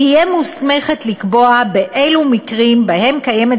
תהיה מוסמכת לקבוע באילו מקרים שבהם קיימת